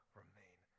remain